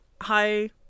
hi